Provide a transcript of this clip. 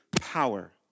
power